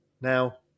Now